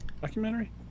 Documentary